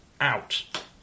out